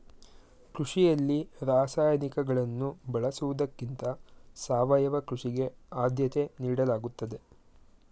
ಕೃಷಿಯಲ್ಲಿ ರಾಸಾಯನಿಕಗಳನ್ನು ಬಳಸುವುದಕ್ಕಿಂತ ಸಾವಯವ ಕೃಷಿಗೆ ಆದ್ಯತೆ ನೀಡಲಾಗುತ್ತದೆ